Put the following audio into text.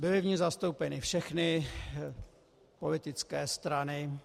Byly v ní zastoupeny všechny politické strany.